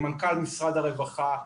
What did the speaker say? מנכ"ל משרד הרווחה,